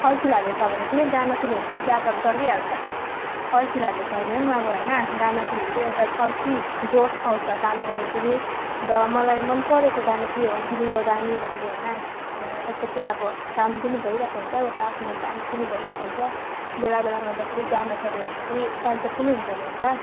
अल्छी लागेछ भने पनि गाना सुन्यो भने चाहिँ जाँगर चलिहाल्छ अल्छी लागेको छ भने पनि अब होइन गाना सुन्यो भने चाहिँ एउटा अर्कै जोस आउँछ काम गर्नु पनि र मलाई मनपरेको गाना त्यही हो बिल्लो रानी भन्दा होइन यता चाहिँ अब काम पनि भइरहेको हुन्छ उता आफ्नो डान्स पनि भइरहेको हुन्छ बेला बेलामा त फेरि गाना चल्यो भने त फेरि डान्सर पनि हुन्छ नि होइन त